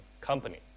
company